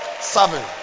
seven